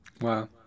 wow